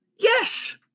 yes